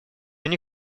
они